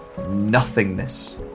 nothingness